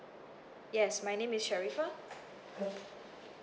yes my name is sharifah